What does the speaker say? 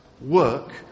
work